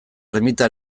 ermita